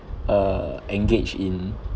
uh engage in